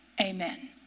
amen